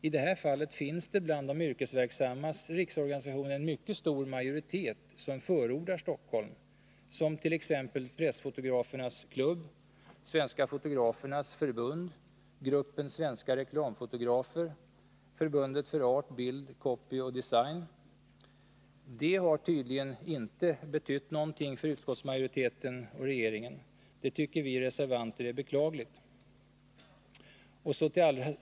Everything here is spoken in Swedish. I detta fall finns det bland de yrkesverksammas riksorganisation en mycket stor majoritet som förordar Stockholm, t.ex. Pressfotografernas klubb, Svenska fotografernas förbund, gruppen Svenska reklamfotografer, Förbundet för art, bild, copy och design. Det har tydligen inte betytt någonting för utskottsmajoriteten och för regeringen. Vi reservanter tycker att det är beklagligt.